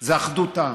זה אחדות העם.